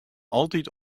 altyd